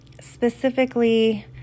Specifically